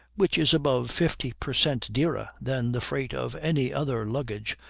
which is above fifty per cent dearer than the freight of any other luggage,